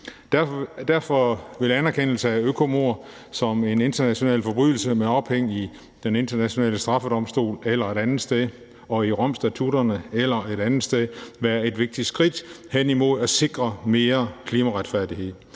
Derfor vil anerkendelse af økomord som en international forbrydelse med ophæng i Den Internationale Straffedomstol eller et andet sted og i Romstatutten eller et andet sted være et vigtigt skridt hen imod at sikre mere klimaretfærdighed.